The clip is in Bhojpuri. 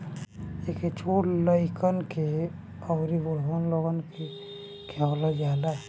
एके छोट लइकन के अउरी बूढ़ लोगन के खियावल जाला